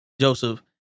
Joseph